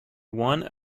one